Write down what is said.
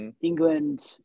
England –